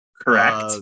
correct